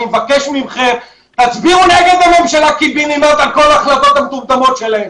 אני מבקש מכם תצביעו נגד הממשלה על כל ההחלטות המטומטמות שלהם.